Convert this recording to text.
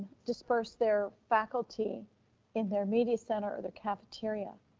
disperse their faculty in their media center or their cafeteria.